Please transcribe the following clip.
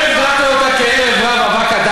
נשמור על המורשת ונכוון לעבר עתיד בטוח.